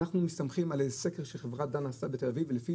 אנחנו מסתמכים על סקר שחברת דן עשתה בתל אביב ולפי